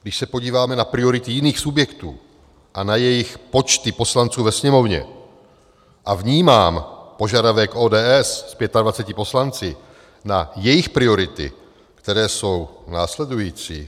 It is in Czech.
Když se podíváme na priority jiných subjektů a na jejich počty poslanců ve Sněmovně a vnímám požadavek ODS s 25 poslanci na jejich priority, které jsou následující...